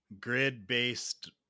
grid-based